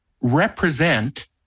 represent